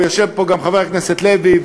ויושב פה גם חבר הכנסת לוי,